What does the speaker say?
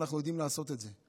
אנחנו יודעים לעשות את זה,